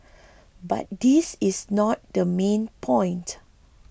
but this is not the main point